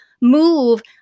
move